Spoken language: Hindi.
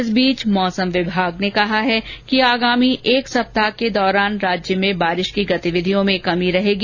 इस बीच मौसम विभाग ने कहा है कि आगामी एक सप्ताह के दौरान राज्य में बारिश की गतिविधियों में कमी रहेगी